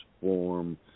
form